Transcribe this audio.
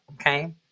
okay